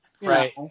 Right